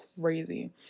crazy